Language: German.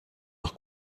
nach